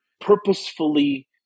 purposefully